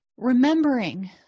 remembering